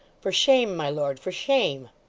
for shame, my lord, for shame